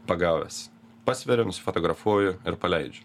pagavęs pasveriu nusifotografuoju ir paleidžiu